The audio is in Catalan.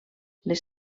les